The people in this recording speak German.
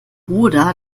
oder